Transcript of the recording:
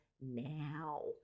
now